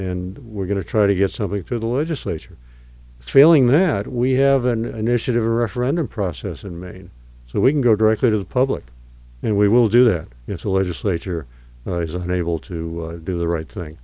and we're going to try to get something through the legislature failing that we have an initiative referendum process in maine so we can go directly to the public and we will do that if the legislature is unable to do the right thing